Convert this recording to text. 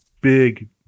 big